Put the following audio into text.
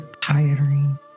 tiring